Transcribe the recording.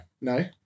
No